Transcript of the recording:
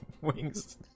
wings